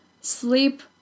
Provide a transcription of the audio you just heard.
sleep